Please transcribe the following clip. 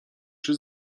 czy